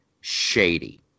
shady